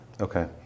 Okay